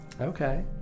Okay